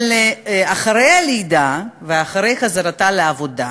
אבל אחרי הלידה ואחרי חזרתה לעבודה,